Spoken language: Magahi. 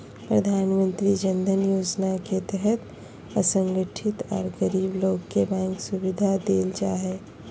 प्रधानमंत्री जन धन योजना के तहत असंगठित आर गरीब लोग के बैंक सुविधा देल जा हई